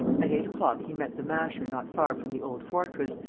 at eight o'clock he met the masher not far from the old fortress,